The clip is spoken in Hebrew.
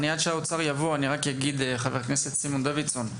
עד שהאוצר יבוא אני רק אגיד לחבר הכנסת סימון דוידסון: